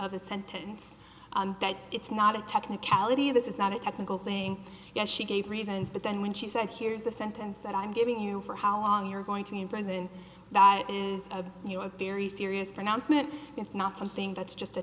a sentence that it's not a technicality this is not a technical thing and she gave reasons but then when she said here's the sentence that i'm giving you for how long you're going to be in prison that as a new a very serious pronouncement it's not something that's just a